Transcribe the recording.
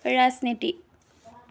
ৰাজনীতি